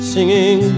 Singing